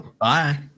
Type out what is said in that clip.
Bye